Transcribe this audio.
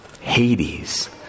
Hades